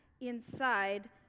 inside